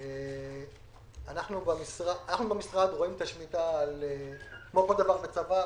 אנחנו במשרד רואים את השמיטה, כמו כל דבר בצבא,